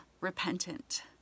repentant